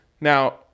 Now